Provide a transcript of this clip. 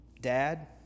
dad